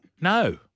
No